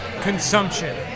consumption